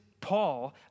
Paul